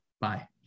Bye